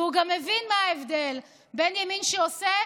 והוא גם מבין מה ההבדל בין ימין שעושה,